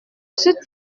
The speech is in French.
suis